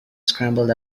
scrambled